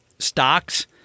stocks